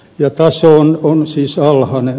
ja taso on siis alhainen